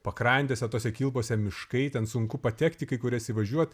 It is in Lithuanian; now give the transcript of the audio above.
pakrantėse tose kilpose miškai ten sunku patekti į kai kurias įvažiuot